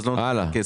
אז לא נותנים כסף.